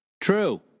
True